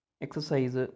exercise